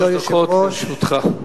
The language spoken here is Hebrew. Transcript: שלוש דקות לרשותך.